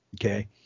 okay